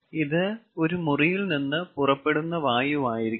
ഇത് ഒരു മുറിയിൽ നിന്ന് പുറപ്പെടുന്ന വായുവായിരിക്കാം